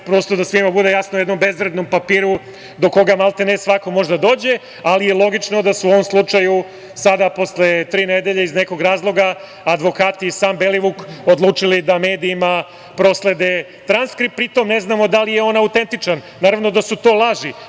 odnosno da svima bude jasno, o jednom bezvrednom papiru do koga, maltene svako može da dođe, ali je logično da su u ovom slučaju sada, posle tri nedelje, iz nekog razloga advokati i sam Belivuk, odlučili da medijima proslede transkript, pri tome ne znamo da li je on autentičan. Naravno, da su to laži,